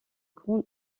grande